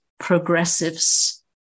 Progressives